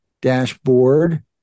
dashboard